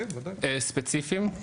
ספציפיים?